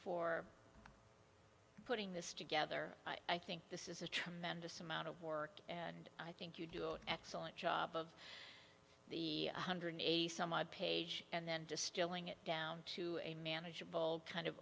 for putting this together i think this is a tremendous amount of work and i think you do an excellent job of the one hundred eighty some odd page and then distilling it down to a manageable kind of